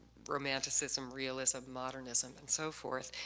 romanticism, realism, modernism, and so forth.